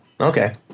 okay